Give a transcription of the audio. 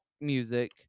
music